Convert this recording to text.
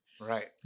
right